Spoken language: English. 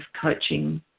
coaching